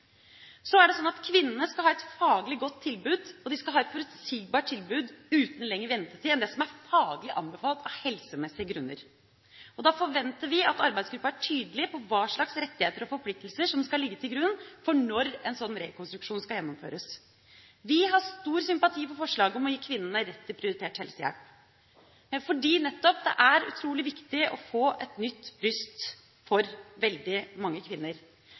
Så er det sånn at kvinnene skal ha et faglig godt tilbud, og de skal ha et forutsigbart tilbud uten lengre ventetid enn det som er faglig anbefalt av helsemessige grunner. Da forventer vi at arbeidsgruppa er tydelig på hva slags rettigheter og forpliktelser som skal ligge til grunn for når en slik rekonstruksjon skal gjennomføres. Vi har stor sympati for forslaget om å gi kvinnene rett til prioritert helsehjelp, nettopp fordi det er utrolig viktig å få et nytt bryst for veldig mange kvinner.